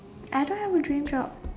I don't have a dream job